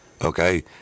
Okay